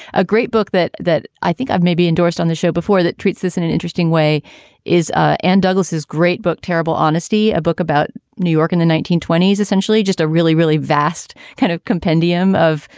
a great book that that i think i've maybe endorsed on the show before that treats this in an interesting way is ah an douglass's great book, terrible honesty, a book about new york in the nineteen twenty s, essentially just a really, really vast kind of compendium of,